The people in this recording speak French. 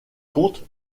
compte